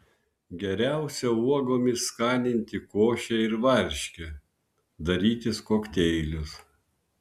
geriausia uogomis skaninti košę ir varškę darytis kokteilius